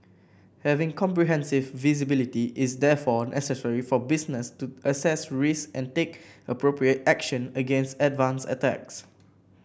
having comprehensive visibility is therefore necessary for business to assess risks and take appropriate action against advanced attacks